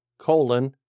colon